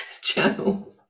channel